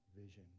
vision